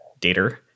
Data